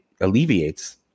alleviates